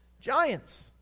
Giants